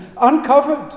uncovered